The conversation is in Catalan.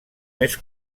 més